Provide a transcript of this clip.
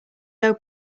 low